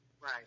Right